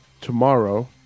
tomorrow